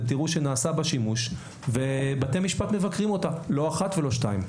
ואתם תראו שנעשה בה שימוש ובתי המשפט מבקרים אותה לא אחת לא שתיים.